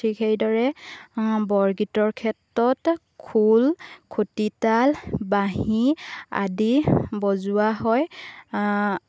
ঠিক সেইদৰে বৰগীতৰ ক্ষেত্ৰত খোল খতিতাল বাঁহী আদি বজোৱা হয়